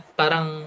parang